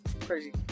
crazy